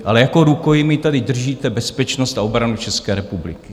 Ale jako rukojmí tady držíte bezpečnost a obranu České republiky.